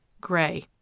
gray